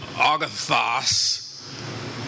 agathos